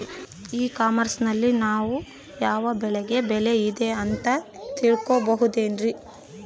E commerce ನಲ್ಲಿ ನಾವು ಯಾವ ಬೆಳೆಗೆ ಬೆಲೆ ಇದೆ ಅಂತ ತಿಳ್ಕೋ ಬಹುದೇನ್ರಿ?